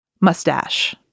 Mustache